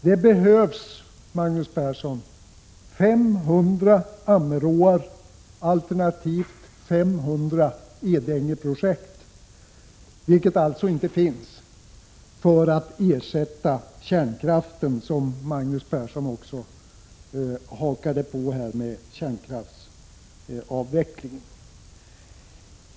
Det behövs, Magnus Persson, 500 Ammeråar alternativt 500 Edängeprojekt, vilket alltså inte finns, för att ersätta kärnkraften; Magnus Persson hakade ju också på kärnkraftsavvecklingen.